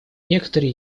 некоторые